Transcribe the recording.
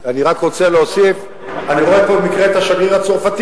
אני רק רוצה להוסיף: אני רואה פה במקרה גם את השגריר הצרפתי,